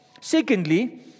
Secondly